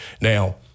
Now